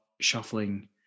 shuffling